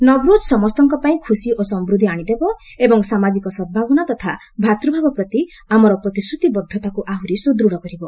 ନବରୋଜ୍ ସମସ୍ତଙ୍କ ପାଇଁ ଖୁସି ଓ ସମୂଦ୍ଧି ଆଣିଦେବ ଏବଂ ସାମାାଜିକ ସଦ୍ଭାବନା ତଥା ଭ୍ରାତୃଭାବ ପ୍ରତି ଆମର ପ୍ରତିଶ୍ରତିବଦ୍ଧତାକୁ ଆହୁରି ସୁଦୃଢ଼ କରିବ